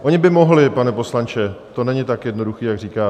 Oni by mohli, pane poslanče, to není tak jednoduché, jak říkáte.